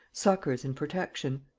succours and protection.